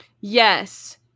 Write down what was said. Yes